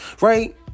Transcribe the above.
Right